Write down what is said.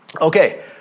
Okay